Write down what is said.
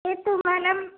ते तुम्हाला